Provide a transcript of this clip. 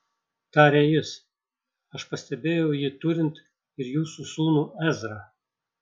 tarė jis aš pastebėjau jį turint ir jūsų sūnų ezrą